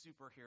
superhero